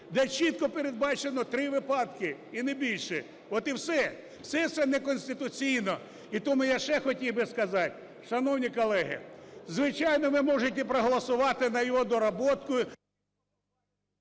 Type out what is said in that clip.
де чітко передбачено три випадки і не більше. От і все. Все це неконституційно. І тому я ще хотів би сказати, шановні колеги, звичайно, ви можете проголосувати на його доработку...